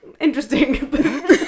Interesting